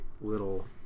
little